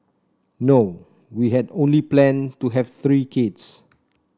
no we had only planned to have three kids